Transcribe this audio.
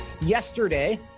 Yesterday